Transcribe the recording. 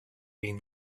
been